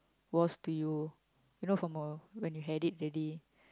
was to you you know from a when you had it already